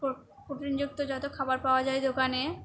প্রোটিনযুক্ত যত খাবার পাওয়া যায় দোকানে